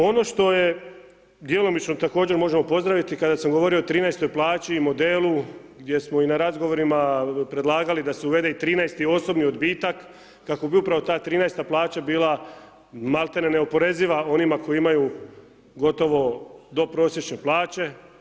Ono što je djelomično, također možemo pozdraviti, kada sam govorio o 13-oj plaći i modelu, gdje smo i na razgovorima predlagali da se uvede i 13-ti osobni odbitak, kako bi upravo ta 13-ta plaća bila maltene neoporeziva onima kojima imaju gotovo do prosječne plaće.